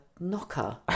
knocker